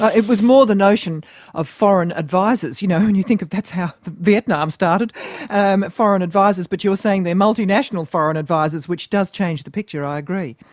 it was more the notion of foreign advisors, you know, when you think of that's how vietnam started and foreign advisors. but you're saying they're multinational foreign advisors, which does change the picture, i agree.